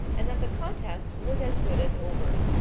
and that the contest was as good as over.